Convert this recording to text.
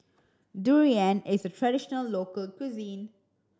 durian is a traditional local cuisine